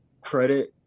credit